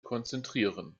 konzentrieren